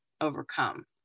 overcome